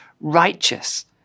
righteous